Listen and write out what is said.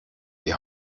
die